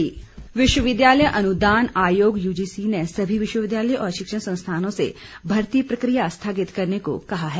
मर्ती प्रक्रिया विश्वविद्यालय अनुदान आयोग यूजीसी ने सभी विश्वविद्यालयों और शिक्षण संस्थानों से भर्ती प्रक्रिया स्थगित रखने को कहा है